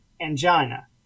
angina